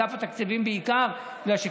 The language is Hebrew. ובעיקר עם אגף תקציבים,